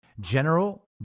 General